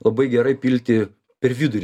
labai gerai pilti per vidurį